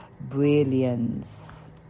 brilliance